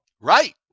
Right